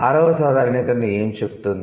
ఆరవ సాధారణీకరణ ఏమి చెబుతుంది